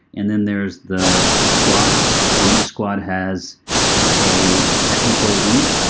and then there's the squads, and each squad has a technical lead.